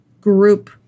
group